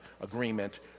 agreement